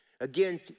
Again